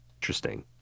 Interesting